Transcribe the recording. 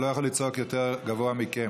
הוא לא יכול לצעוק יותר גבוה מכם.